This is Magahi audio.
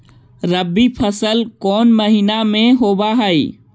रबी फसल कोन महिना में होब हई?